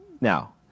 Now